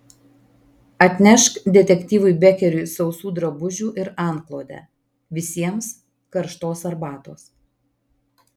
atnešk detektyvui bekeriui sausų drabužių ir antklodę visiems karštos arbatos